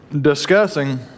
discussing